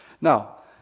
Now